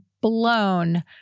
blown